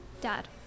dad